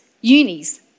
unis